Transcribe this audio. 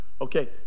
Okay